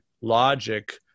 logic